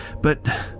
But-